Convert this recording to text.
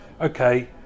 okay